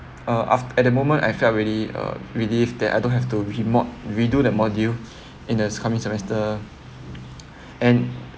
uh af~ at the moment I felt really uh relieved that I don't have to remo~ redo the module in the coming semester and